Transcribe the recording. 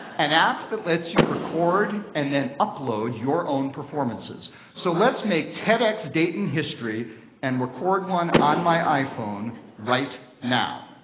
and app that lets you record and then upload your own performances. so, let's make tedxdayton history and record one on my iphone right now.